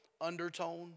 undertone